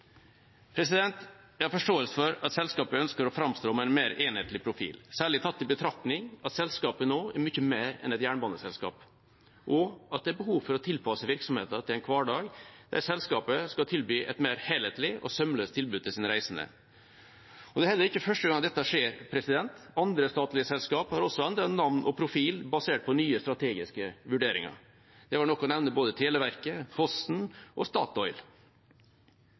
Jeg har forståelse for at selskapet ønsker å framstå med en mer enhetlig profil, særlig tatt i betraktning at selskapet nå er mye mer enn et jernbaneselskap, og at det er behov for å tilpasse virksomheten til en hverdag der selskapet skal gi et mer helhetlig og sømløst tilbud til sine reisende. Det er heller ikke første gangen dette skjer. Andre statlige selskap har også endret navn og profil basert på nye strategiske vurderinger. Det er nok å nevne Televerket, Posten og Statoil.